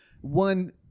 one